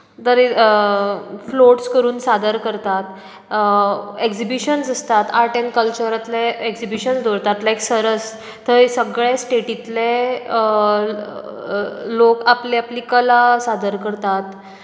तरे फ्लोट्स करून सादर करतात एक्जिबिशन आसतात आर्ट एंड कल्चरांतले एक्जिबिशन दवरतात लायक सरस थंय सगळे स्टेटींतले लोक आपली आपली कला सादर करतात